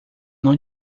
não